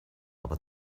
aber